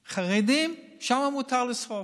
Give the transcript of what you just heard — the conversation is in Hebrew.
חרדים, שם מותר לשרוף.